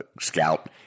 scout